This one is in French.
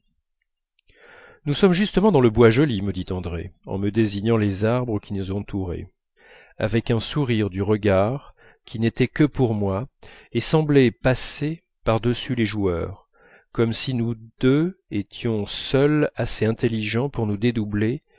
nous sommes justement dans le bois joli me dit andrée en me désignant les arbres qui nous entouraient avec un sourire du regard qui n'était que pour moi et semblait passer par-dessus les joueurs comme si nous deux étions seuls assez intelligents pour nous dédoubler